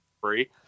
free